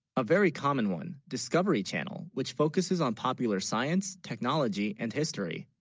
a? very common one discovery channel, which focuses on popular science technology and history